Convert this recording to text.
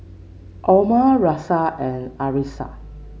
Omar Raisya and Arissa